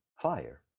fire